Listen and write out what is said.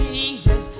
Jesus